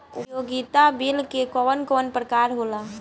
उपयोगिता बिल के कवन कवन प्रकार होला?